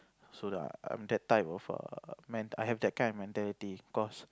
so ya I'm that type of a man I have that kind of mentality because